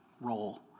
role